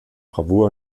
bravour